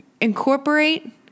incorporate